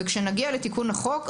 וכשנגיע לתיקון החוק,